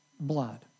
blood